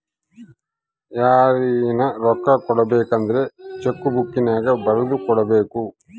ಯಾರಿಗನ ರೊಕ್ಕ ಕೊಡಬೇಕಂದ್ರ ಚೆಕ್ಕು ಬುಕ್ಕಿನ್ಯಾಗ ಬರೆದು ಕೊಡಬೊದು